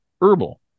Herbal